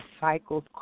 cycles